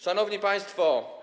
Szanowni państwo.